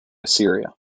assyria